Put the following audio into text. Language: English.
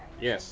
yes